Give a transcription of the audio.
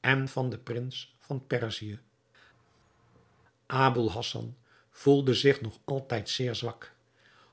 en van den prins van perzië aboul hassan gevoelde zich nog altijd zeer zwak